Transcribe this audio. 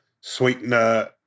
sweetener